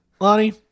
Lonnie